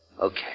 Okay